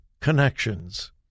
connections